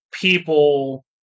people